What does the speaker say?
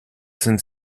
sind